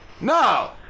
No